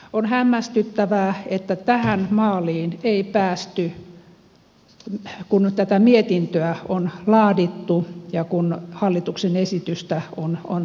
on hämmästyttävää että tähän maaliin ei päästy kun tätä mietintöä on laadittu ja kun hallituksen esitystä on tehty